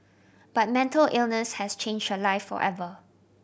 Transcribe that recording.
but mental illness has change her life forever